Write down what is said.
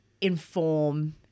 inform